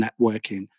networking